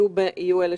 יהיו אלה